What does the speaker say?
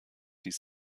dies